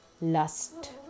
lust